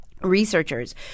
researchers